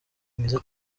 mwiza